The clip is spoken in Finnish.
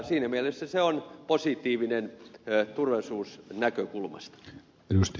siinä mielessä se on positiivinen turvallisuusnäkökulmasta